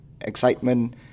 excitement